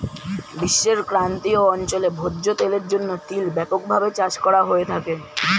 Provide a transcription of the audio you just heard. বিশ্বের ক্রান্তীয় অঞ্চলে ভোজ্য তেলের জন্য তিল ব্যাপকভাবে চাষ করা হয়ে থাকে